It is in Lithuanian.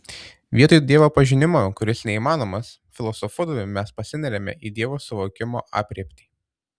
vietoj dievo pažinimo kuris neįmanomas filosofuodami mes pasineriame į dievo suvokimo aprėptį